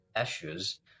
issues